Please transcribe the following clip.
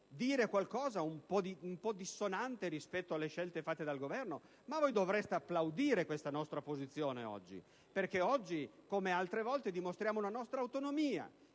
dire qualcosa un po' dissonante rispetto alle scelte fatte dal Governo. Ma voi dovreste applaudire questa nostra posizione perché oggi, come altre volte, dimostriamo una nostra autonomia!